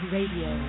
Radio